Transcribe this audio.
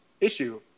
issue